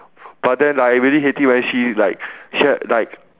but then like I really hate it when she like she add like